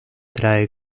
trata